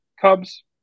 Cubs